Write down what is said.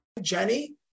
Jenny